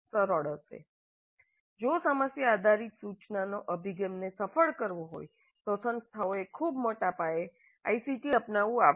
હશે જો સમસ્યા આધારિત સૂચનાનો અભિગમને સફળ કરવો હોય તો સંસ્થાઓએ ખૂબ મોટા પાયે આઇસીટી અપનાવવું આવશ્યક છે